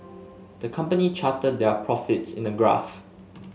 the company charted their profits in a graph